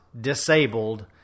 disabled